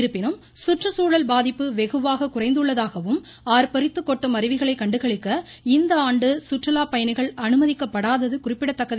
இருப்பினும் சுற்றுச்சூழல் பாதிப்பு வெகுவாக குறைந்துள்ளதாகவும் ஆர்ப்பரித்து கொட்டும் அருவிகளை கண்டுகளிக்க இந்த அனுமதிக்கப்படாதது குறிப்பிடத்தக்கது